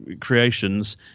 creations